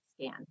scan